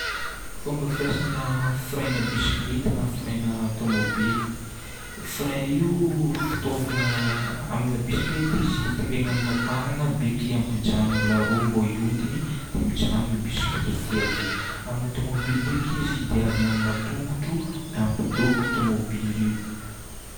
Fomba fiasana frein-na bisikilety na frein-na tômôbily. Frein io fitaovagna amina bisikilety izy terena amina tagnana beky hampijanona la roue mbô hihodigna dia mijanona bisikilety io ave. Amina tômôbily ndraiky izy diavina amina tongotro hampidoko tômôbily io.